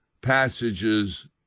passages